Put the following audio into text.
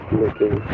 looking